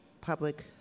public